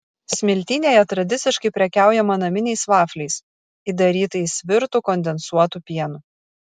smiltynėje tradiciškai prekiaujama naminiais vafliais įdarytais virtu kondensuotu pienu